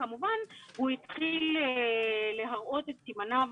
כמובן הוא התחיל להראות את סימניו